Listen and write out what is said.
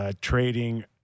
Trading